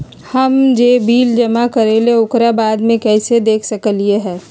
हम जे बिल जमा करईले ओकरा बाद में कैसे देख सकलि ह?